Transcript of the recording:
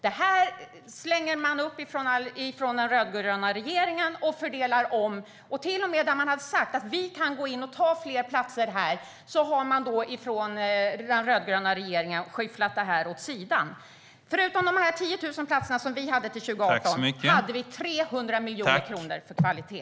Den rödgröna regeringen river upp och fördelar om det. Till och med där man har sagt att vi kan gå in och ta fler platser har den rödgröna regeringen skyfflat det åt sidan. Förutom de 10 000 platserna som vi hade till 2018 hade vi 300 miljoner kronor för kvalitet.